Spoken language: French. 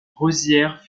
rosières